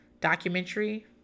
documentary